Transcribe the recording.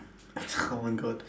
oh my god